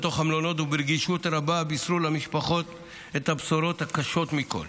וברגישות רבה בישרו למשפחות את הבשורות הקשות מכול.